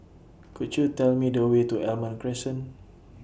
Could YOU Tell Me The Way to Almond Crescent